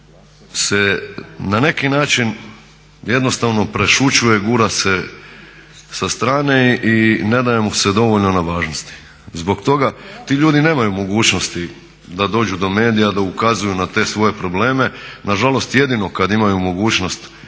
se na neki način jednostavno prešućuje, gura se sa strane i ne daje mu se dovoljno na važnosti. Zbog toga ti ljudi nemaju mogućnosti da dođu do medija, da ukazuju na te svoje probleme. Nažalost, jedino kad imaju mogućnost